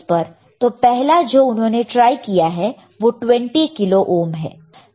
तो पहला जो उन्होंने ट्राई किया है वो 20 किलो ओहम है